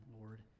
Lord